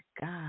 God